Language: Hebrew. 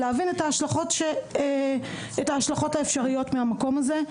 להבין את ההשלכות האפשריות מהמקום הזה,